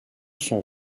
son